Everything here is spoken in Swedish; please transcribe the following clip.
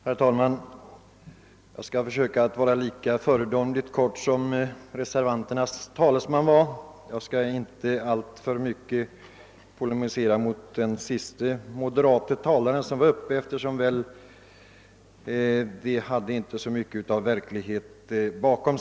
Herr talman! Jag skall försöka att vara lika föredömligt kortfattad som reservanternas talesman och därför inte alltför mycket polemisera mot den moderata samlingspartiets talare som senast var uppe, eftersom anförandet väl inte i så hög grad hade verklighetens prägel.